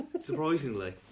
Surprisingly